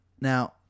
Now